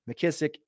McKissick